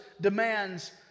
demands